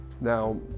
Now